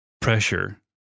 pressure